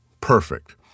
perfect